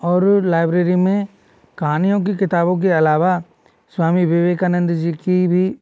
और लाइब्रेरी में कहानियों की किताबों के अलावा स्वामी विवेकानंद जी की भी